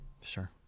Sure